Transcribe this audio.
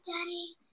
daddy